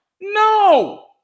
No